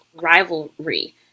rivalry